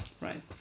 Right